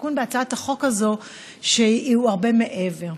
התיקון בהצעת החוק הזאת הוא הרבה מעבר.